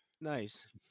nice